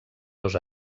dos